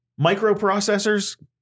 Microprocessors